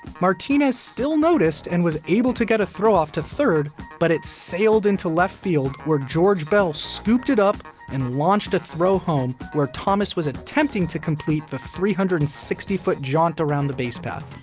martinez still noticed and was able to get a throw off to third, but it sailed into left field, where george bell scooped it up and launched a throw home, where thomas was attempting to complete the three hundred and sixty foot jaunt around the base path.